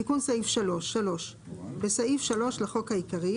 תיקון סעיף 33.בסעיף 3 לחוק העיקרי